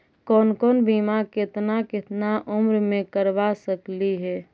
कौन कौन बिमा केतना केतना उम्र मे करबा सकली हे?